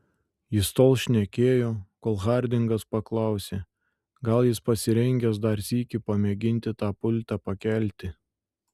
jis tol šnekėjo kol hardingas paklausė gal jis pasirengęs dar sykį pamėginti tą pultą pakelti